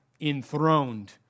enthroned